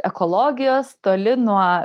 ekologijos toli nuo